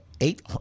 eight